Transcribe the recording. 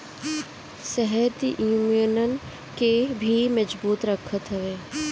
शहद इम्यून के भी मजबूत रखत हवे